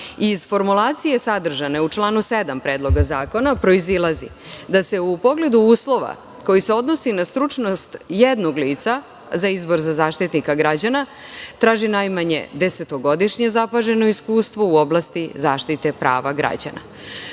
formulacije sadržane u članu 7. Predloga zakona proizilazi da se u pogledu uslova koji se odnose na stručnost jednog lica za izbor za Zaštitnika građana traži najmanje desetogodišnje zapaženo iskustvo u oblasti zaštite prava građana.